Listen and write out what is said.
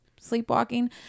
Sleepwalking